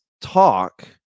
talk